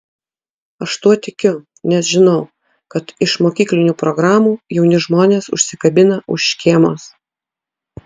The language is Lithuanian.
aš tuo tikiu nes žinau kad iš mokyklinių programų jauni žmonės užsikabina už škėmos